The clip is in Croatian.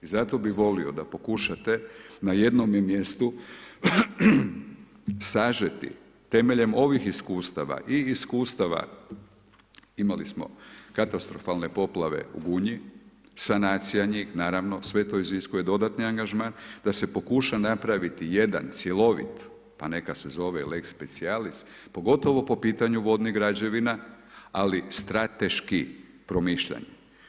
I zato bih volio da pokušate na jednome mjestu sažeti temeljem ovih iskustava i iskustava, imali smo katastrofalne poplave u Gunji, sanacija njih, naravno sve to iziskuje dodatni angažman da se pokuša napraviti jedan cjelovit pa neka se zove lex specijalis pogotovo po pitanju vodnih građevina ali strateških promišljanja.